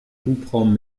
hubraum